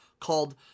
called